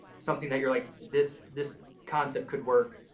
something that you're like, this this concept could work.